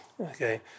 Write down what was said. Okay